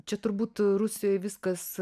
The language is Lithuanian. čia turbūt rusijoj viskas